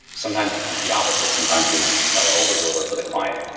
sometimes it's the opposite. sometimes we try to over-deliver for the client,